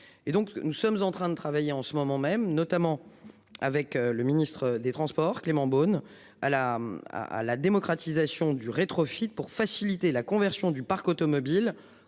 nous sommes en train de travailler en ce moment même, notamment avec le ministre des Transports Clément Beaune à la à la démocratisation du rétro feed pour faciliter la conversion du parc automobile